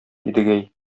идегәй